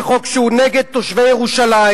זה חוק שהוא נגד תושבי ירושלים,